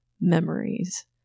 memories